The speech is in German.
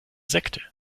sekte